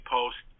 Post